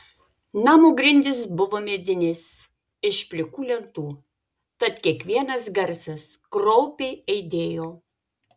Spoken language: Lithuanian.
namo grindys buvo medinės iš plikų lentų tad kiekvienas garsas kraupiai aidėjo